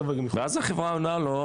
ואז החברה עונה לו,